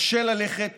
קשה ללכת